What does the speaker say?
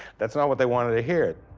that's not what they wanted to hear.